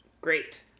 Great